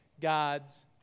God's